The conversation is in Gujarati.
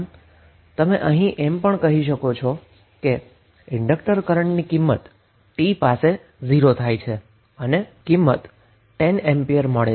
આમ તમે અહીં એમ પણ કહી શકો કે ઈન્ડક્ટર કરન્ટની વેલ્યુ t બરાબર 0 પાસે છે અને વેલ્યુ 10 એમ્પિયર છે